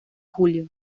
julio